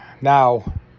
Now